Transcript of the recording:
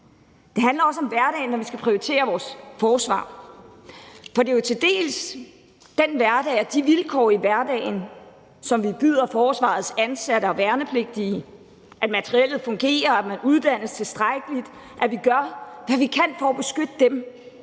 Det handler også om hverdagen, når vi skal prioritere vores forsvar, for det angår jo til dels den hverdag og de vilkår i hverdagen, som vi byder forsvarets ansatte og værnepligtige – at materiellet fungerer, at man uddannes tilstrækkeligt, og at vi gør, hvad vi kan, for at beskytte dem,